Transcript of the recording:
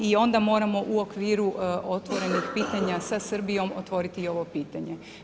I onda moramo u okviru otvorenih pitanja sa Srbijom otvoriti i ovo pitanje.